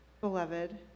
Beloved